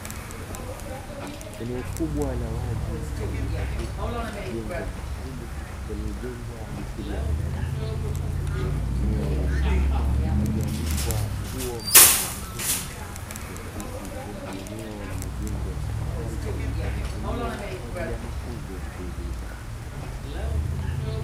Eneo kubwa la wazi lililozungukwa na majengo maalumu yaliyojengwa mithiri ya madarasa kukiwa na eneo lenye kamba zilizoanikwa nguo mfano wa masweta ikihakisi kuwa ni eneo la majengo ya sekondari yanayotumiwa kwaajili ya mafunzo ya kielimu.